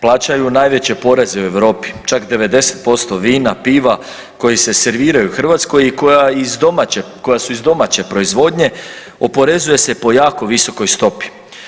Plaćaju najveće poreze u Europi, čak 90% vina, piva koji se serviraju Hrvatskoj i koja su iz domaće proizvodnje oporezuje se po jako visokoj stopi.